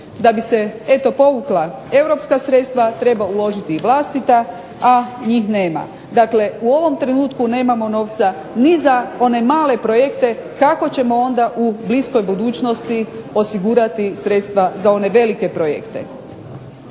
Da bi se eto povukla europska sredstva treba uložiti i vlastita, a njih nema. Dakle, u ovom trenutku nemamo novca ni za one male projekte. Kako ćemo onda u bliskoj budućnosti osigurati sredstva za one velike projekte.